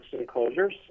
enclosures